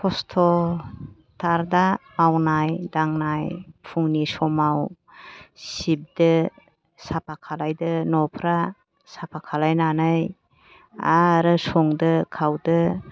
खस्थ'थार दा मावनाय दांनाय फुंनि समाव सिबदो साफा खालायदो न'फ्रा साफा खालायनानै आरो संदो खावदो